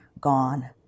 gone